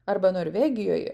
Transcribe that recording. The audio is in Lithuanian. arba norvegijoje